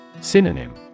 Synonym